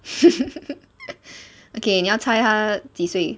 okay 你要猜她几岁